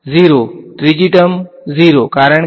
0 ત્રીજી ટર્મ 0 કારણ કે